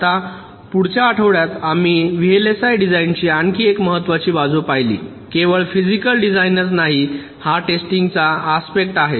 आता पुढच्या आठवड्यांत आम्ही व्हीएलएसआय डिझाइनची आणखी एक महत्वाची बाजू पाहिली केवळ फिजिकल डिझाइनच नाही हा टेस्टिंग चा आस्पेक्ट आहे